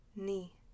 Knee